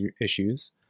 issues